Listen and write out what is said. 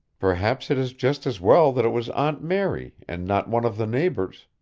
perhaps it is just as well that it was aunt mary and not one of the neighbors.